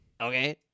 Okay